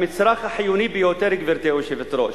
המצרך החיוני ביותר, גברתי היושבת-ראש.